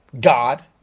God